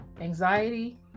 anxiety